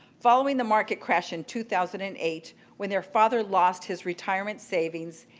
following the market crash in two thousand and eight, when their father lost his retirement savings,